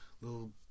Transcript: little